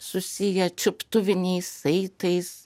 susiję čiuptuviniais saitais